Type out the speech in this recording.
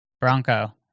Bronco